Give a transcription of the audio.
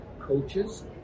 coaches